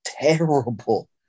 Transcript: terrible